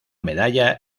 medalla